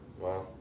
wow